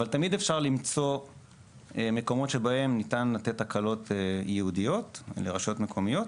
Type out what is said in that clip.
תמיד אפשר למצוא מקומות שבהם ניתן לתת הקלות ייעודיות לרשויות מקומיות.